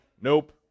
nope